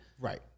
right